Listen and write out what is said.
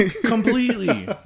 Completely